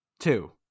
Two